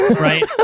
right